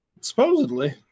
Supposedly